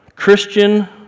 Christian